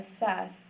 assess